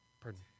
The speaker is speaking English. Pardon